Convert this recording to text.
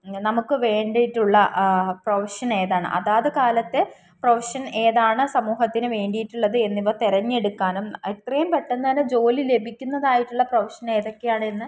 നമുക്ക് വേണ്ടിയിട്ടുള്ള ആ പ്രൊഫഷൻ ഏതാണ് അതാത് കാലത്തെ പ്രൊഫഷൻ ഏതാണ് സമൂഹത്തിനു വേണ്ടിയിട്ടുള്ളത് എന്നിവ തിരഞ്ഞെടുക്കാനും എത്രയും പെട്ടെന്നുതന്നെ ജോലി ലഭിക്കുന്നതായിട്ടുള്ള പ്രൊഫഷൻ ഏതൊക്കെയാണെന്ന്